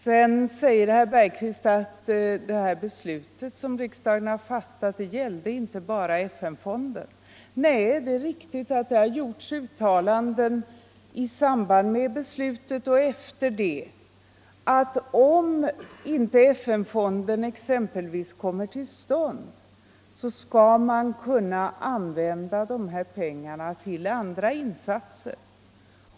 Sedan säger herr Bergqvist att det här beslutet som riksdagen har fattat gällde inte bara FN-fonden. Nej, det är riktigt att det har gjorts uttalanden i samband med och efter beslutet, att om FN-fonden exempelvis inte kommer till stånd, så skall man kunna använda dessa pengar till andra insatser.